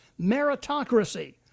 meritocracy